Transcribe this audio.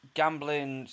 gambling